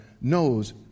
knows